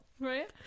Right